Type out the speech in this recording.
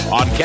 on